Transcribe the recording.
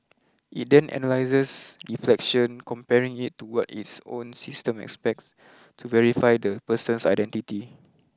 it then analyses reflection comparing it to what its own system expects to verify the person's identity